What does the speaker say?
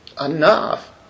enough